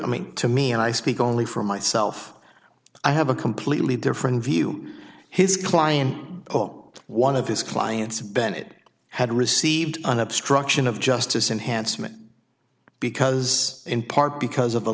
i mean to me and i speak only for myself i have a completely different view his client oh one of his clients bennett had received an obstruction of justice enhanced meant because in part because of the